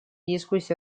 дискуссии